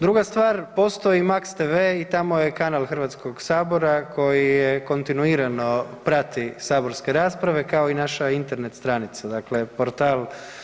Druga stvar, postoji max tv i tamo je kanal Hrvatskog sabora koji kontinuirano prati saborske rasprave kao i naša Internet stranica, dakle portal.